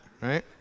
right